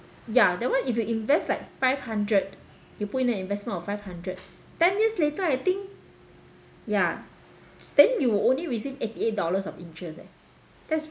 ya that one if you invest like five hundred you put in an investment of five hundred ten years later I think ya then you will only receive eighty eight dollars of interest leh that's